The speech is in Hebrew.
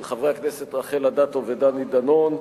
של חברי הכנסת רחל אדטו ודני דנון,